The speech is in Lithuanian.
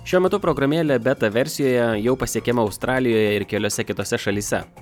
šiuo metu programėlė beta versijoje jau pasiekiama australijoje ir keliose kitose šalyse